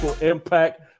impact